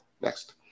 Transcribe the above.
Next